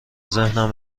ذهنم